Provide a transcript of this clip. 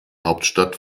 hauptstadt